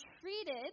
treated